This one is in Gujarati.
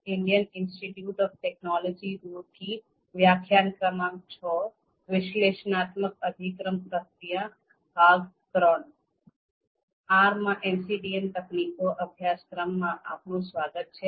R માં MCDM તકનીકો અભ્યાસક્રમ માં આપનું સ્વાગત છે